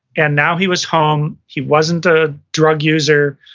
and now, he was home, he wasn't a drug user,